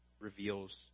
reveals